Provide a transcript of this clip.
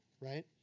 right